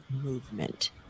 movement